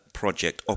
project